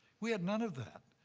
we had none of that.